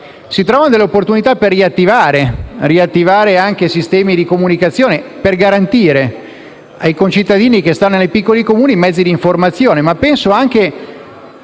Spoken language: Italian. si trovano invece delle opportunità per riattivare anche i sistemi di comunicazione e garantire ai concittadini che vivono nei piccoli Comuni i mezzi d'informazione. Penso anche